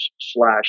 slash